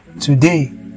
today